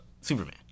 Superman